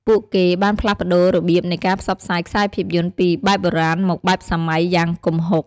ពូកគេបានផ្លាស់ប្ដូររបៀបនៃការផ្សព្វផ្សាយខ្សែភាពយន្តពីបែបបុរាណមកបែបសម័យយ៉ាងគំហុគ។